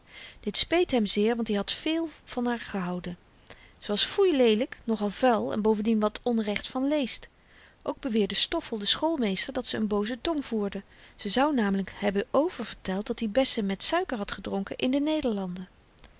dit speet hem zeer want i had veel van haar gehouden ze was foei leelyk nogal vuil en bovendien wat onrecht van leest ook beweerde stoffel de schoolmeester dat ze n booze tong voerde ze zou namelyk hebben oververteld dat-i bessen met suiker had gedronken in de nederlanden